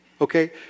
Okay